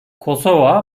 kosova